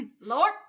Lord